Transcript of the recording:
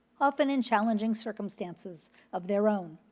often in challenging circumstances of their own.